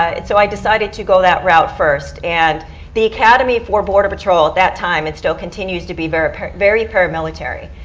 ah so i decided to go that route first. and the academy for border patrol at that time it still continues to be very para very para military.